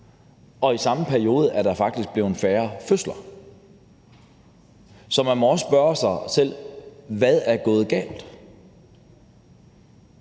den samme periode har der faktisk været færre fødsler. Så man må også spørge sig selv: Hvad er gået galt?